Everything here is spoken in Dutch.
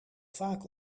vaak